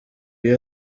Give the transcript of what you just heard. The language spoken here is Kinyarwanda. iyo